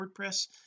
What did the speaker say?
WordPress